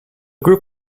group